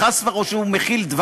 עלול, חס וחלילה, או שהוא מכיל דבש?